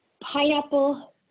Pineapple